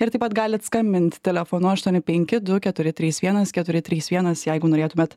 ir taip pat galit skambint telefonu aštuoni penki du keturi trys vienas keturi trys vienas jeigu norėtumėt